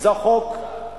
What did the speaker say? חבר הכנסת מולה,